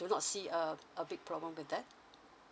do not see uh a big problem with that